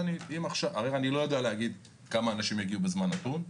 הרי אני לא יודע להגיד כמה אנשים יגיעו בזמן נתון,